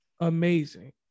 amazing